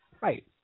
Right